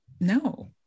no